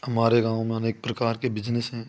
हमारे गाँव में अनेक प्रकार के बिज़नेस हैं